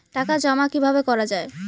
টাকা জমা কিভাবে করা য়ায়?